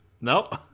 nope